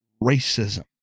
racism